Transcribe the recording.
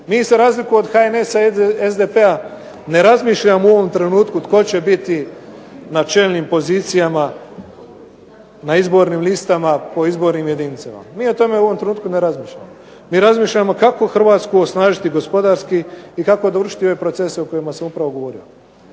Mi za razliku od HND-a i SDP-a ne razmišljamo u ovom trenutku tko će biti na čelnim pozicijama, na izbornim listama po izbornim jedinicama. Mi u ovom trenutku ne razmišljamo. Mi razmišljamo kako Hrvatsku osnažiti gospodarski i kako dovršiti ove procese o kojima sam upravo govorio.